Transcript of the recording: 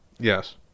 yes